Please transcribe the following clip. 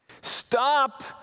stop